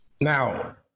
Now